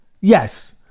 yes